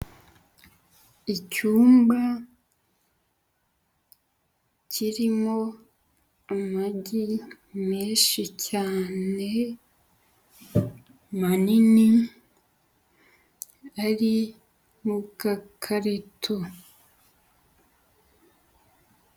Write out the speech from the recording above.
Icyumba kirimo amagi menshi cyane manini ari mu mugakarito.